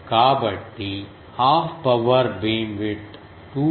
కాబట్టి half power beamwidth 2